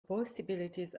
possibilities